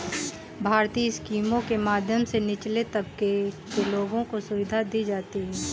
भारतीय स्कीमों के माध्यम से निचले तबके के लोगों को सुविधा दी जाती है